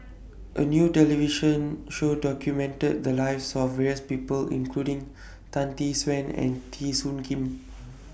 A New television Show documented The Lives of various People including Tan Tee Suan and Teo Soon Kim